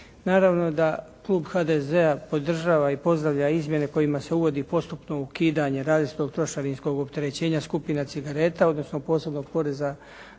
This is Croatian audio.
Naravno da klub HDZ-a podržava i pozdravlja izmjene kojima se uvodi postupno ukidanje različitog trošarinskog opterećenja skupina cigareta, odnosno posebnog poreza na cigarete,